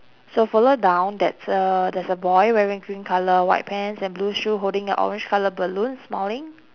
so follow down that's a there's a boy wearing green colour white pants and blue shoe holding a orange colour balloon smiling